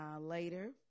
later